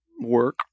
work